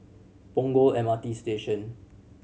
Punggol M R T Station